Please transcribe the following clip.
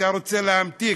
אתה רוצה להמתיק,